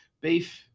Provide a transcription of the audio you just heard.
beef